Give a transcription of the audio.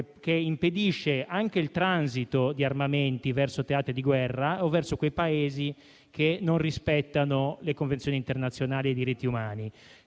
che impedisce anche il transito di armamenti verso teatri di guerra o verso quei Paesi che non rispettano le convenzioni internazionali e i diritti umani.